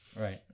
Right